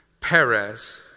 Perez